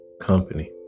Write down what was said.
company